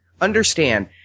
Understand